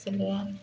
इसलिए